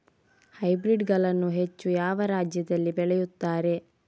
Hybrid ಗಳನ್ನು ಹೆಚ್ಚು ಯಾವ ರಾಜ್ಯದಲ್ಲಿ ಬೆಳೆಯುತ್ತಾರೆ?